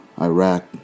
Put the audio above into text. Iraq